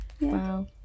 Wow